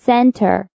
Center